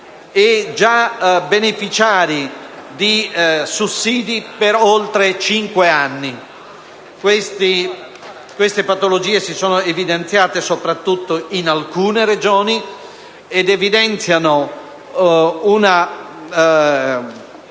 e già beneficiari di sussidi per oltre cinque anni. Queste patologie si sono evidenziate soprattutto in alcune Regioni ed indicano una